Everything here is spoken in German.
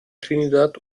trinidad